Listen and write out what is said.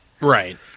Right